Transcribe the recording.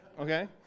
okay